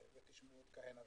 ותשמעו עוד כהנה וכהנה,